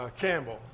Campbell